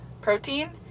protein